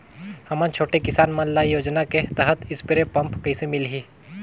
हमन छोटे किसान मन ल योजना के तहत स्प्रे पम्प कइसे मिलही?